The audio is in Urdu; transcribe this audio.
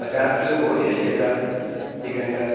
پچاس کلو گوشت چاہیے تھا چکن کا